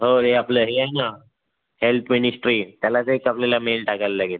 हो रे आपलं हे आहे ना हेल्त मिनिस्ट्री त्यालाच एक आपल्याला मेल टाकायला लागेल